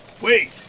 Wait